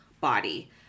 body